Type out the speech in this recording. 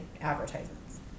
advertisements